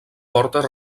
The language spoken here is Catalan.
portes